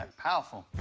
um powerful.